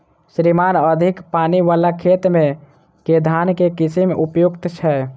श्रीमान अधिक पानि वला खेत मे केँ धान केँ किसिम उपयुक्त छैय?